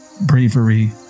bravery